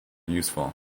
useful